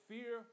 Fear